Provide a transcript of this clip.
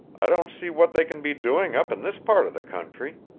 i don't see what they can be doing up in this part of the country,